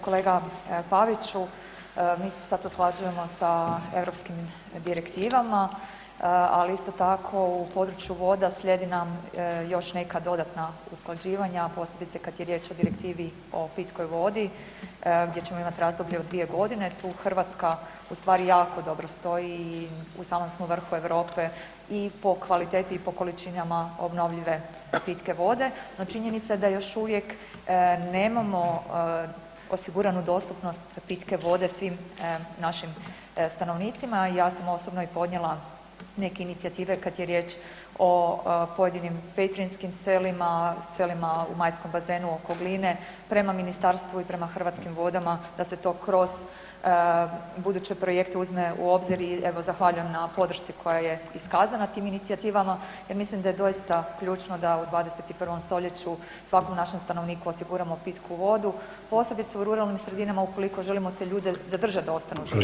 Kolega Paviću, mi se sad usklađujemo sa europskim direktivama ali sito tako u području voda slijedi nam još neka dodatna usklađivanja, posebice kad je riječ o direktivi o pitkoj vodi gdje ćemo imat razdoblje od 2 g., tu Hrvatska ustvari jako dobro stoji i u samom smo vrhu Europe i po kvaliteti i po količinama obnovljive pitke vode, no činjenica je da još uvijek nemamo osiguranu dostupnost pitke vode svim našim stanovnicima i ja sam osobno i podnijela neke inicijative kad je riječ o pojedinim petrinjskim selima, selima u majskom bazenu oko Gline prema ministarstvu i prema Hrvatskim vodama da se to kroz buduće projekte uzme u obzir i evo zahvaljujem na podršci koja je iskazana tim inicijativama jer mislim da je doista ključno da u 21. st. svakom našem stanovniku osiguramo pitku vodu, posebice u ruralnim sredinama ukoliko želim te ljude zadržati da ostanu živjeti tamo.